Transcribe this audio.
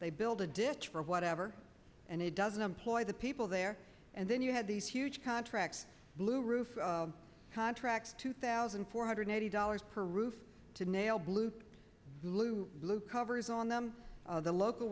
they build a ditch for whatever and it doesn't employ the people there and then you had these huge contracts blue roof contracts two thousand four hundred eighty dollars per roof to nail blue lou lou covers on them the local